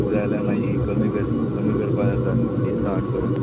तुका जाय जाल्यार मागीर कमी कर कमी करपा जाता डिसकावण करून